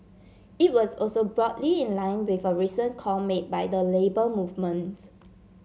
it was also broadly in line with a recent call made by the Labour Movement